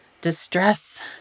distress